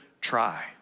try